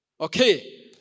okay